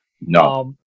No